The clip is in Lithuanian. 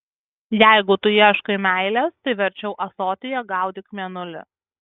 jeigu tu ieškai meilės tai verčiau ąsotyje gaudyk mėnulį